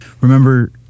Remember